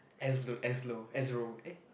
as low as low as roll eh